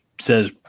says